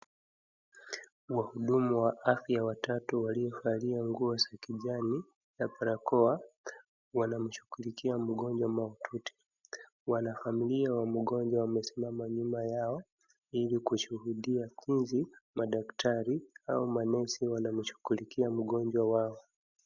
Wahudumu wa afya watatu waliovalia nguo za kijani na barakoa wanamshughulikia mgonjwa maututi. Wanafamilia wa mgonjwa wamesimama nyuma yao ili kushuhudia jinsi madaktari au manesi wanamshughulikia mgonjwa wao.